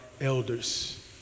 elders